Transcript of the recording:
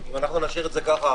אם נשאיר את זה ככה,